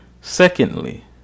Secondly